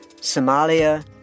Somalia